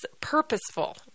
purposeful